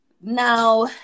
Now